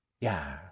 Yeah